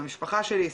למשפחה שלי,